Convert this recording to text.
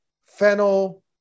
fennel